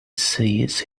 sees